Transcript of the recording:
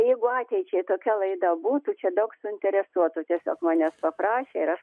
jeigu ateičiai tokia laida būtų čia daug suinteresuotų tiesiog manęs paprašė ir aš